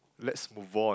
let's move on